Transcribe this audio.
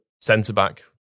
centre-back